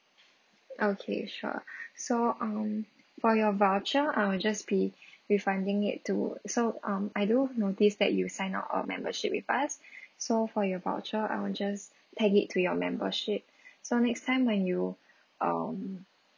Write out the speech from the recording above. okay sure so um for your voucher I'll just be refunding it to so um I do notice that you signed up a membership with us so for your voucher I'll just tag it to your membership so next time when you um